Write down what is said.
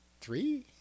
Three